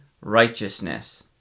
righteousness